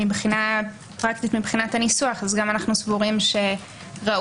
מבחינה פרקטית מבחינת הניסוח אנחנו סבורים שראוי